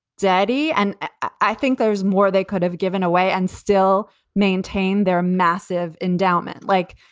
daddy. and i think there's more they could have given away and still maintain their massive endowment. like,